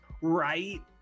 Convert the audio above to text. Right